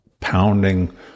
pounding